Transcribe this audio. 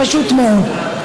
פשוט מאוד.